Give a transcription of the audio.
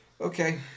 okay